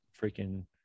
freaking